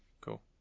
Cool